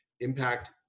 Impact